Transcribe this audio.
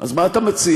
אז מה אתה מציע?